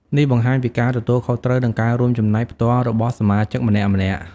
នេះបង្ហាញពីការទទួលខុសត្រូវ និងការរួមចំណែកផ្ទាល់របស់សមាជិកម្នាក់ៗ។